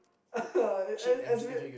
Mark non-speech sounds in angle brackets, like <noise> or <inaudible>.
<laughs> and and that's weird